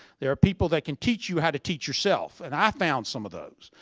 there are people that can teach you how to teach yourself. and i found some of those.